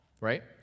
right